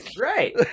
Right